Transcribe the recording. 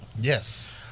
Yes